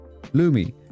Lumi